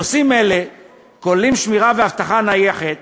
נושאים אלה כוללים שמירה ואבטחה נייחת